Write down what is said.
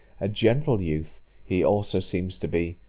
a gentle youth he also seems to be,